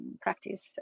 practice